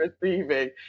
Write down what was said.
receiving